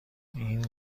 این